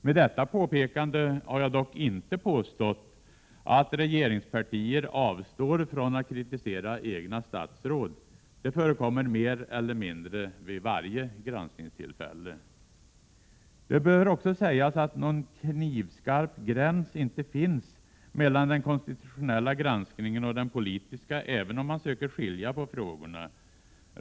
Med detta påpekande har jag dock inte påstått att regeringspartier avstår från att kritisera sina egna statsråd. Det förekommer mer eller mindre vid varje granskningstillfälle. Det bör också sägas att det inte finns någon knivskarp gräns mellan den konstitutionella granskningen och den politiska, även om man söker skilja på frågorna.